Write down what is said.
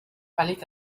عليك